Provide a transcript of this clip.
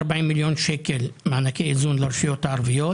מיליון שקלים מענקי איזון לרשויות הערביות